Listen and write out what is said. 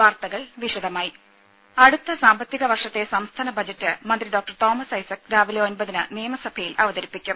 വാർത്തകൾ വിശദമായി അടുത്ത സാമ്പത്തിക വർഷത്തെ സംസ്ഥാന ബജറ്റ് മന്ത്രി ഡോക്ടർ തോമസ് ഐസക് രാവിലെ ഒൻപതിന് നിയമസഭയിൽ അവതരിപ്പിക്കും